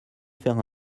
faire